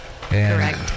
Correct